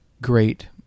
great